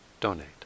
donate